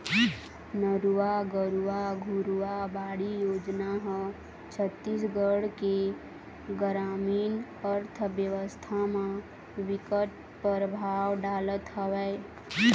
नरूवा, गरूवा, घुरूवा, बाड़ी योजना ह छत्तीसगढ़ के गरामीन अर्थबेवस्था म बिकट परभाव डालत हवय